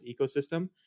ecosystem